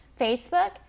Facebook